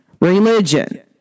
religion